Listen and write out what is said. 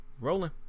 Rolling